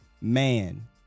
man